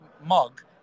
mug